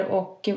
och